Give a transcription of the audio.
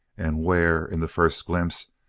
and where, in the first glimpse,